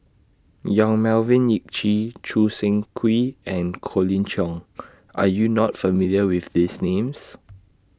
Yong Melvin Yik Chye Choo Seng Quee and Colin Cheong Are YOU not familiar with These Names